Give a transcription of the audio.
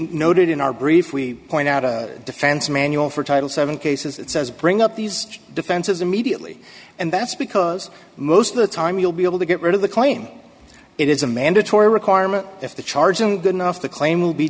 noted in our brief we point out a defense manual for title seven cases that says bring up these defenses immediately and that's because most of the time you'll be able to get rid of the claim it is a mandatory requirement if the charge i'm good enough to claim will be